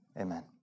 Amen